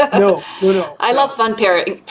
no, no. i love fun pairings.